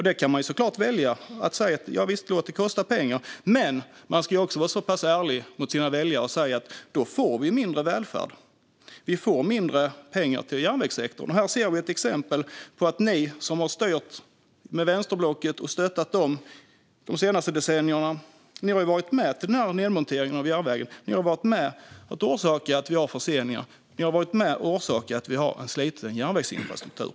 Man kan såklart välja att säga: Låt det kosta pengar! Men man ska också vara ärlig mot sina väljare och säga att vi då får mindre välfärd och mindre pengar till järnvägssektorn. Här ser vi ett exempel. Ni, som har styrt med vänsterblocket och stöttat dem de senaste decennierna, har varit med i nedmonteringen av järnvägen. Ni har varit med och orsakat att vi har förseningar. Ni har varit med och orsakat att vi har en sliten järnvägsinfrastruktur.